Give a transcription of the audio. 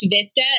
Vista